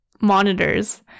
monitors